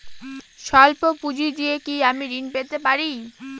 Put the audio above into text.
সল্প পুঁজি দিয়ে কি আমি ঋণ পেতে পারি?